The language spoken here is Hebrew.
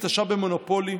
התעשרה במונופולים.